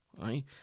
Right